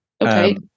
Okay